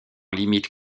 limite